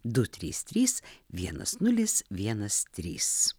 du trys trys vienas nulis vienas trys